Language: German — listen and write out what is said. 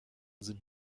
sind